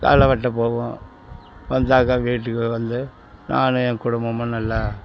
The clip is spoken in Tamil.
களை வெட்ட போவோம் வந்தாக்கா வீட்டுக்கு வந்து நான் என் குடும்பமும் நல்லா